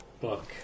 book